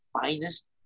finest